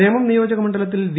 നേമം നിയോജക മണ്ഡ്ലത്തിൽ വി